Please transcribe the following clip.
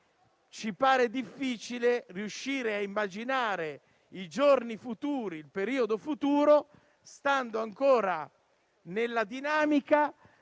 infatti, difficile riuscire a immaginare i giorni futuri e il periodo futuro stando ancora nella dinamica